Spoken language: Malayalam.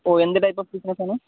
ഓ എന്ത് ടൈപ്പ് ഓഫ് ബിസിനസ്സാണ്